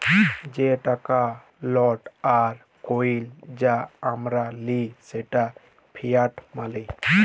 যে টাকা লট আর কইল যা আমরা লিই সেট ফিয়াট মালি